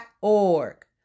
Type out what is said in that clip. .org